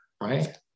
right